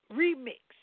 remix